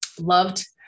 loved